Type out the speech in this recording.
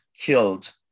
killed